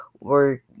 work